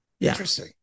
interesting